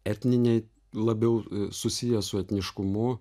etniniai labiau susiję su etniškumu